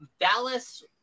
Dallas